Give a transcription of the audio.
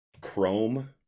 chrome